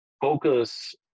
focus